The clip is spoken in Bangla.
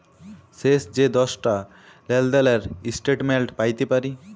শেষ যে দশটা লেলদেলের ইস্ট্যাটমেল্ট প্যাইতে পারি